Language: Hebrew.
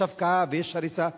יש הפקעה ויש הריסה.